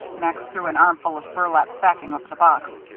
max threw an armful of burlap sacking over the box.